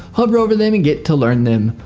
hover over them and get to learn them.